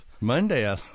Monday